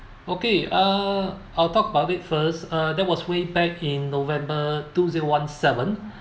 okay uh I'll talk about it first uh that was way back in november two zero one seven